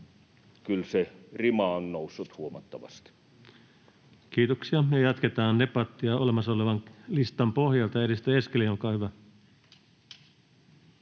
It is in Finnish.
kyllä se rima on noussut huomattavasti. Kiitoksia. — Ja jatketaan debattia olemassa olevan listan pohjalta. — Edustaja Eskelinen, olkaa hyvä.